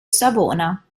savona